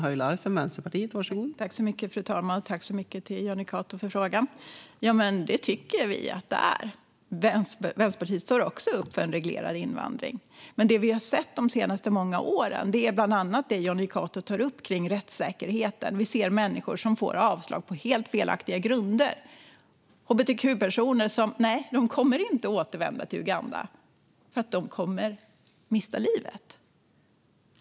Fru talman! Tack så mycket, Jonny Cato, för frågorna! Ja, vi tycker att det är viktigt. Vänsterpartiet står också upp för en reglerad invandring. Men det vi har sett de senaste många åren är bland annat det som Jonny Cato tar upp kring rättssäkerheten. Vi ser människor som får avslag på helt felaktiga grunder och hbtq-personer som inte kommer att återvända till Uganda, för de skulle då mista livet.